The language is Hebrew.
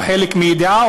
חלק מידיעה,